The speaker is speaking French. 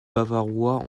bavarois